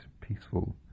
peaceful